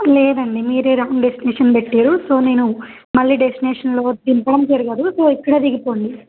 లేదండి మీరే wrong destination పెట్టారు సో నేను మళ్ళీ డెస్టినేేషన్లో దింపడం జరగదు సో ఇక్కడే దిగిపోండి